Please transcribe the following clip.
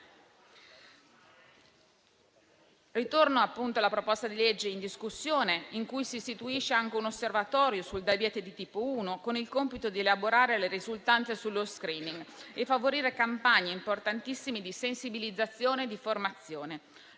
Tornando al disegno di legge in discussione, si istituisce anche un osservatorio sul diabete di tipo 1, con il compito di elaborare le risultanze sullo *screening* e favorire campagne importantissime di sensibilizzazione e di formazione.